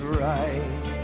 right